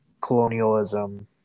colonialism